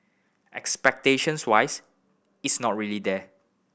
expectations wise it's not really there